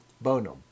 bonum